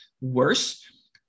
worse